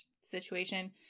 situation